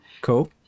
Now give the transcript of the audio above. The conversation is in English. Cool